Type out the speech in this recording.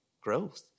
growth